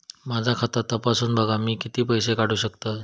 माझा खाता तपासून बघा मी किती पैशे काढू शकतय?